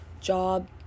job